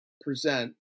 present